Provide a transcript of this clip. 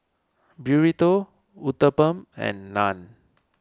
Burrito Uthapam and Naan